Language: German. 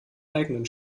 eigenen